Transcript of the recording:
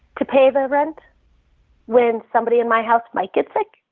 to pay the rent when somebody in my house might get sick?